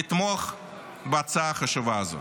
לתמוך בהצעה החשובה הזאת.